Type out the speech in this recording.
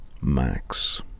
Max